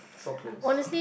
so close